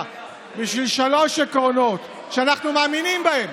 בשביל שלושה עקרונות שאנחנו מאמינים בהם,